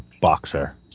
boxer